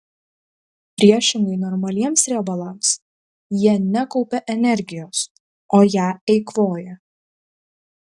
priešingai normaliems riebalams jie nekaupia energijos o ją eikvoja